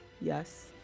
Yes